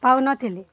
ପାଉନଥିଲେ